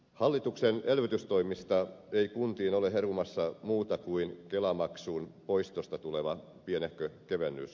hallituksen elvytystoimista ei kuntiin ole herumassa muuta kuin kelamaksun poistosta tuleva pienehkö kevennys